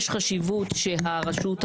אז כאן ברור שיש חשיבות שהרשות המחוקקת,